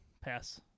pass